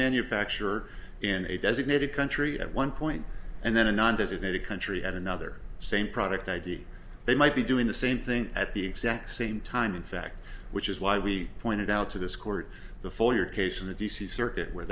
manufacturer in a designated country at one point and then a non designated country at another same product id they might be doing the same thing at the exact same time in fact which is why we pointed out to this court the full year case in the d c circuit where